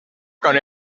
con